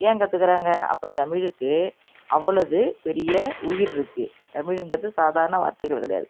ஏன் கற்றுக்கிறாங்க அப்போது தமிழுக்கு அவ்வளவு பெரிய உயிர் இருக்குது தமிழ்ங்கிறது சாதாரண வார்த்தைகள் கிடையாது